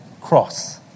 cross